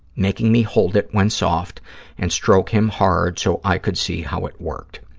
making me hold it when soft and stroke him hard so i could see how it worked.